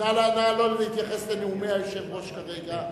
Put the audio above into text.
נא לא להתייחס לנאומי היושב-ראש כרגע.